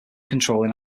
controlling